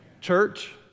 Church